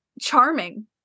charming